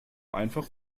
einfach